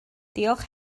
diolch